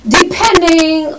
depending